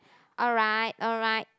alright alright